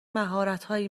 مهارتهایی